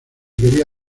quería